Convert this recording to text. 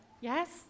Yes